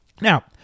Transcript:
Now